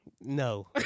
no